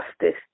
justice